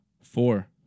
four